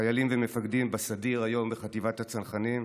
חיילים ומפקדים בסדיר היום בחטיבת הצנחנים,